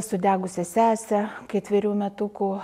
sudegusią sesę ketverių metukų